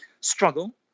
struggle